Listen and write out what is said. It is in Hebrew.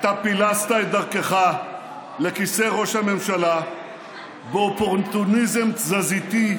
אתה פילסת את דרכך לכיסא ראש הממשלה באופורטוניזם תזזיתי,